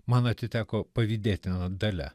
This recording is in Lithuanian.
man atiteko pavydėtina dalia